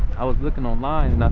i was looking online